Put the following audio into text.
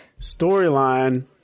storyline